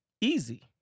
easy